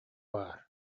баар